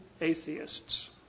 atheists